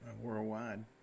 worldwide